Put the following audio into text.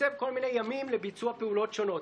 כבוד היושב-ראש,